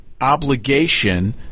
obligation